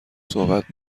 صحبت